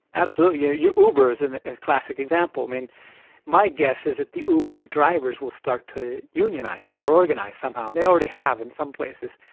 absolutely. uber is and a classic example. and my guess is that the uber drivers will start to unionise or organise somehow. they already have in some places.